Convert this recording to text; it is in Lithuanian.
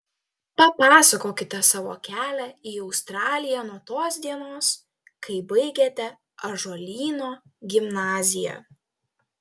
papasakokite savo kelią į australiją nuo tos dienos kai baigėte ąžuolyno gimnaziją